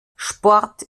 sport